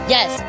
Yes